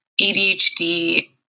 ADHD